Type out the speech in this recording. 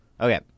Okay